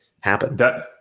happen